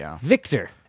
Victor